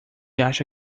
acha